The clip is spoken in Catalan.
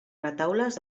retaules